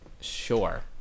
sure